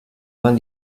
man